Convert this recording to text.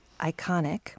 iconic